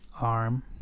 arm